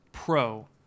Pro